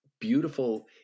beautiful